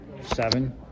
Seven